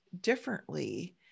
differently